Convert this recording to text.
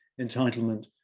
entitlement